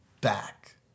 back